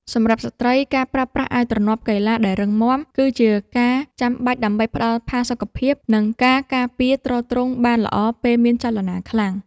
សម្រាប់ស្ត្រី ការប្រើប្រាស់អាវទ្រនាប់កីឡាដែលរឹងមាំ គឺជាការចាំបាច់ដើម្បីផ្តល់ផាសុកភាព និងការការពារទ្រទ្រង់បានល្អពេលមានចលនាខ្លាំង។